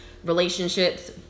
Relationships